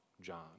John